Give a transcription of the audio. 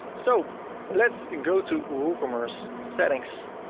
so let's go to woocommerce settings